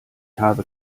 habe